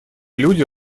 люди